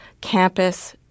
campus